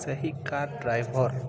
ସେହି car driver